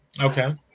Okay